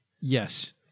Yes